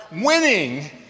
winning